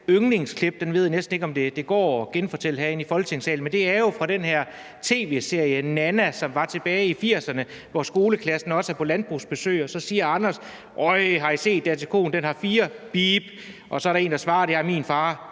yndlingsklip – og jeg ved næsten ikke, om det går at genfortælle det herinde i Folketingssalen – er jo fra den her tv-serie »Nana«, som var tilbage i 1980'erne, hvor skoleklassen også er på landbrugsbesøg og Anders så siger: Ej, har I set, at koen har fire ... bip. Og så er der en, der svarer, at det har min far